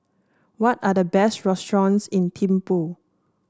what are the best restaurants in Thimphu